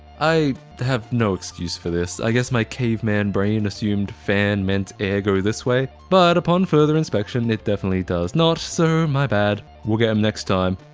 i. have no excuse for this, i guess my caveman brain assumed fan meant air go this way but upon further inspection it definitely does not, so my bad. we'll get em next time.